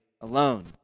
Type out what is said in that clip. alone